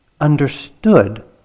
understood